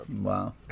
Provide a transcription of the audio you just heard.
Wow